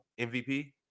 MVP